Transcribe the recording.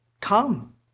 Come